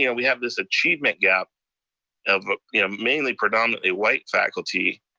yeah we have this achievement gap of ah mainly predominantly white faculty.